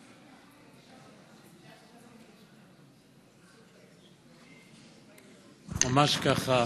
דב,